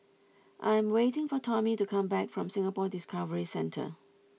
I am waiting for Tommie to come back from Singapore Discovery Centre